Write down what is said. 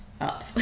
up